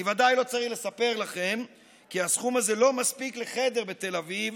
אני ודאי לא צריך לספר לכם כי הסכום הזה לא מספיק לחדר בתל אביב,